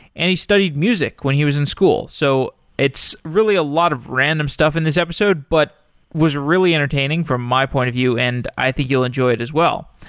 and he studied music when he was in school. so it's really a lot of random stuff in this episode, but was really entertaining from my point of view and i think you'll enjoy it as well.